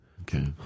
Okay